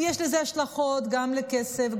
יש לזה השלכות גם על כסף,